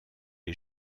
est